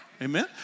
Amen